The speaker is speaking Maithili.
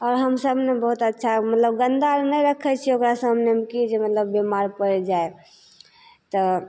आओर हमसभ ने बहुत अच्छा मतलब गन्दा आओर नहि रखै छिए ओकरा सामनेमे कि मतलब बेमार पड़ि जाएब तऽ